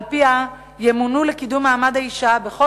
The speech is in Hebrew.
שעל-פיו ימונו ממונות לקידום מעמד האשה בכל